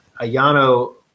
Ayano